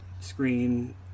screen